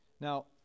Now